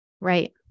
right